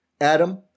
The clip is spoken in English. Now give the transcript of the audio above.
Adam